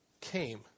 came